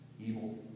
evil